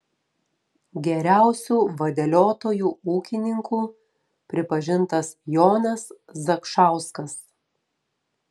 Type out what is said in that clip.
geriausiu vadeliotoju ūkininku pripažintas jonas zakšauskas